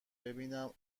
ببینم